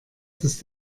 dass